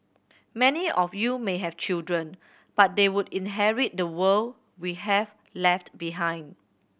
many of you may have children but they would inherit the world we have left behind